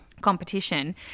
Competition